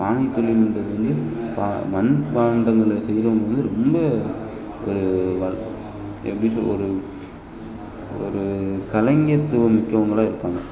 பானைத்தொழில்ன்றது வந்து பா மண்பாண்டங்களை செய்கிறவங்க வந்து ரொம்ப ஒரு வ எப்படி சொ ஒரு ஒரு கலைஞத்துவமிக்கவங்களாக்அ இருப்பாங்க